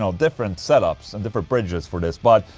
so different setups and different bridges for this, but.